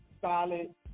solid